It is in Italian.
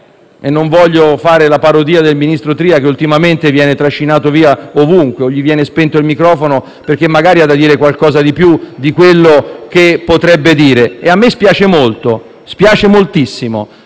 senza voler fare la parodia del ministro Tria, che ultimamente viene trascinato via ovunque o gli viene spento il microfono perché magari ha da dire qualcosa di più di quello che potrebbe dire. E a me spiace moltissimo,